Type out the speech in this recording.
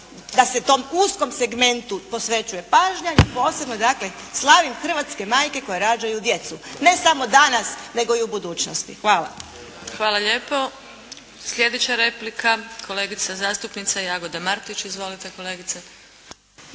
da se tom uskom segmentu posvećuje pažnja. I posebno dakle slavim hrvatske majke koje rađaju djecu, ne samo danas nego i u budućnosti. Hvala. **Adlešič, Đurđa (HSLS)** Hvala lijepo. Slijedeća replika kolegica zastupnica Jagoda Martić. Izvolite kolegice.